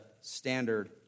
standard